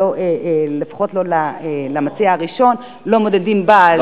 לפחות למציע הראשון לא מודדים זמן.